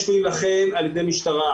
יש להילחם על ידי משטרה,